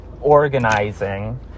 organizing